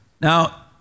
Now